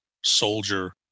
soldier